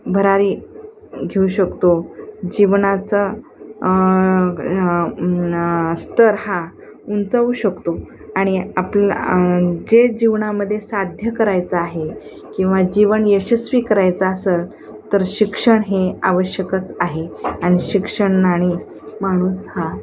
भरारी घेऊ शकतो जीवनाचा स्तर हा उंचावू शकतो आणि आपला जे जीवणामध्ये साध्य करायचं आहे किंवा जीवन यशस्वी करायचं असेल तर शिक्षण हे आवश्यकच आहे आणि शिक्षणाने माणूस हा